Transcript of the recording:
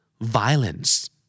Violence